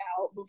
out